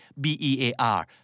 B-E-A-R